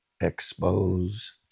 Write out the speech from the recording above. expose